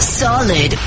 Solid